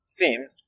seems